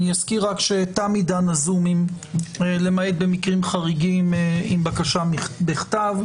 אני רק אזכיר שתם עידן ה-זום למעט במקרים חריגים עם בקשה בכתב.